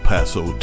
Paso